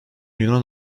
yunan